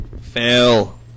Fail